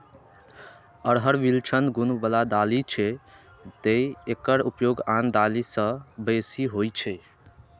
अरहर विलक्षण गुण बला दालि छियै, तें एकर उपयोग आन दालि सं बेसी होइ छै